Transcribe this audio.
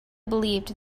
believed